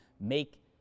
make